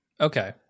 Okay